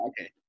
okay